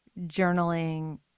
journaling